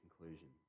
conclusions